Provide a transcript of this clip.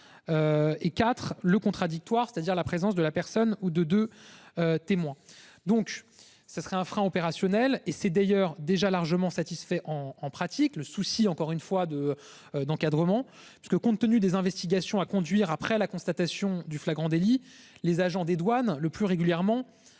Et IV le contradictoire, c'est-à-dire la présence de la personne ou de de. Témoins, donc ce serait un frein opérationnel et c'est d'ailleurs déjà largement satisfait en en pratique le souci encore une fois de d'encadrement parce que compte tenu des investigations à conduire après la constatation du flagrant délit, les agents des douanes le plus régulièrement